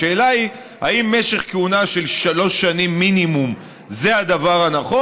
השאלה היא האם משך כהונה של שלוש שנים מינימום זה הדבר הנכון,